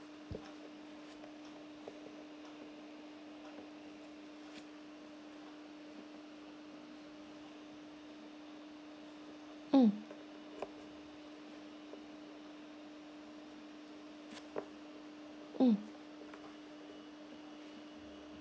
mm mm